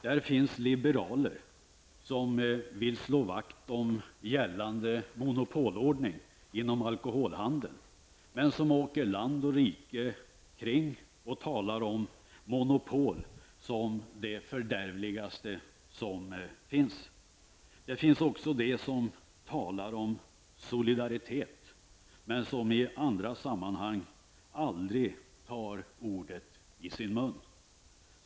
Det finns liberaler som vill slå vakt om gällande monopolordning inom alkoholhandeln men som åker land och rike runt och talar om monopol som det fördärvligaste som finns. Det finns också de som talar om solidaritet men som i andra sammanhang aldrig tar ordet i sin mun.